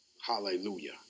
Hallelujah